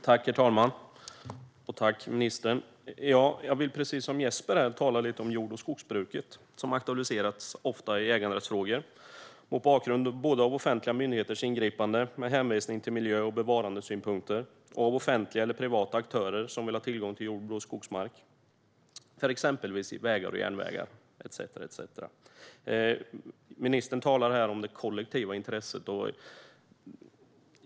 Herr talman! Tack för svaret, ministern! Jag vill precis som Jesper tala lite om jord och skogsbruket, som ofta aktualiseras i äganderättsfrågor mot bakgrund både av offentliga myndigheters ingripande med hänvisning till miljö och bevarandesynpunkter och av att offentliga eller privata aktörer vill ha tillgång till jordbruks eller skogsmark för exempelvis vägar och järnvägar. Ministern talar här om det kollektiva intresset.